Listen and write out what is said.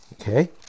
Okay